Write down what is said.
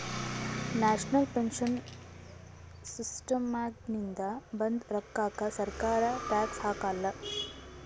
national pension ಸಿಸ್ಟಮ್ನಾಗಿಂದ ಬಂದ್ ರೋಕ್ಕಾಕ ಸರ್ಕಾರ ಟ್ಯಾಕ್ಸ್ ಹಾಕಾಲ್